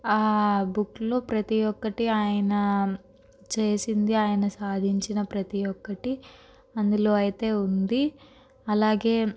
ఆ బుక్లో ప్రతి ఒక్కటి ఆయన చేసింది ఆయన సాధించిన ప్రతి ఒక్కటి అందులో అయితే ఉంది అలాగే